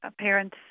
parent's